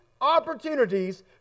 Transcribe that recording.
opportunities